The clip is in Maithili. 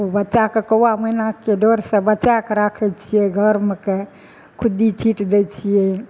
ओ बच्चाके कौआ मैनाके डर से बचा के राखै छियै घरमे कऽ खुद्दी छीटि दै छियै